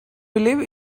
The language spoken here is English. believe